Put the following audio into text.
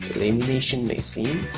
lamination machine,